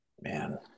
Man